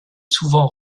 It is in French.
souvent